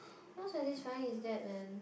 how satisfying is that man